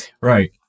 right